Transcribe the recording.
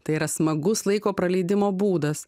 tai yra smagus laiko praleidimo būdas